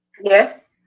Yes